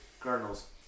Cardinals